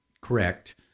correct